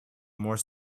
more